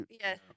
Yes